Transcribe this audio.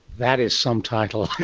that is some title!